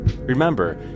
remember